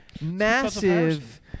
massive